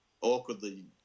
Awkwardly